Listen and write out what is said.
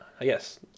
Yes